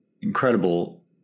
incredible